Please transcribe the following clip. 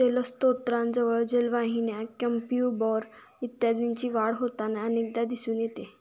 जलस्त्रोतांजवळ जलवाहिन्या, क्युम्पॉर्ब इत्यादींची वाढ होताना अनेकदा दिसून येते